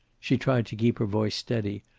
she tried to keep her voice steady.